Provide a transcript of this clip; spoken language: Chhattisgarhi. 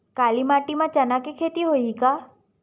काली माटी म चना के खेती होही का?